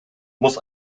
muss